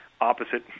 opposite